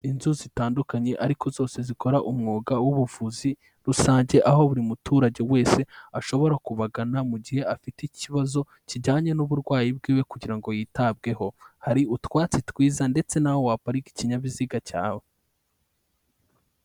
Inzu zitandukanye ariko zose zikora umwuga w'ubuvuzi rusange aho buri muturage wese ashobora kubagana mu gihe afite ikibazo kijyanye n'uburwayi bwiwe kugira ngo yitabweho, hari utwatsi twiza ndetse n'aho waparika ikinyabiziga cyawe.